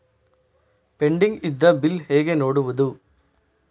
Pending ಇದ್ದ bill ಹೇಗೆ ನೋಡುವುದು?